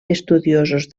estudiosos